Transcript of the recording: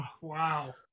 wow